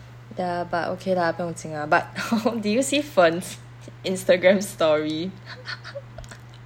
ya but okay lah 不用紧 lah but hor did you see fen's Instagram story